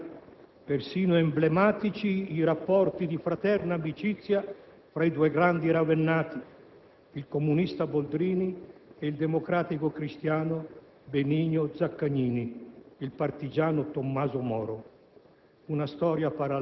Straordinari, persino emblematici, i rapporti di fraterna amicizia tra i due grandi ravennati: il comunista Boldrini e il democristiano Benigno Zaccagnini, il partigiano "Tommaso Moro".